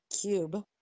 cube